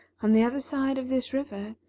on the other side of this river,